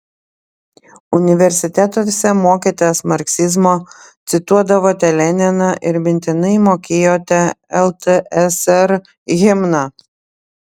universitetuose mokėtės marksizmo cituodavote leniną ir mintinai mokėjote ltsr himną